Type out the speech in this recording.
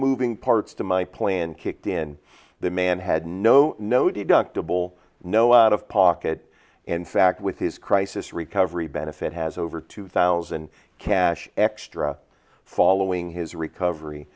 moving parts to my plan kicked in the man had no no deductible no out of pocket in fact with his crisis recovery benefit has over two thousand cash extra following his